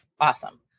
Awesome